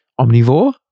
omnivore